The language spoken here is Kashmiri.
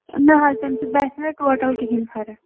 نہ حظ تَمہِ سۭتۍ باسے نہٕ مےٚ ٹوٹَل کِہیٖنٛۍ فرٕق